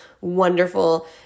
wonderful